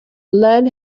lead